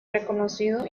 reconocido